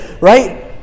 Right